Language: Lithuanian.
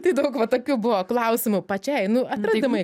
tai daug va tokių buvo klausimų pačiai nu atradimai